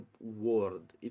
world